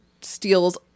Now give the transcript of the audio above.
steals